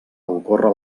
ocórrer